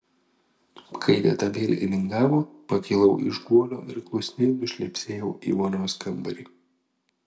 kai teta vėl įlingavo pakilau iš guolio ir klusniai nušlepsėjau į vonios kambarį